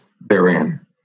therein